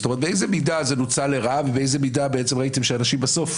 באיזו מידה זה נוצל לרעה ובאיזו מידה ראיתם שאנשים בסוף